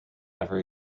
ever